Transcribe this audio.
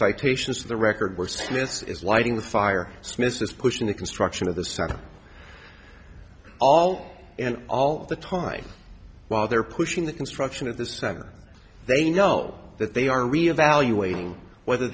citations to the record were smiths is lighting the fire mrs pushing the construction of the site all and all of the time while they're pushing the construction of the center they know that they are reevaluating whether